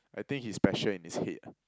I think he's special in his head ah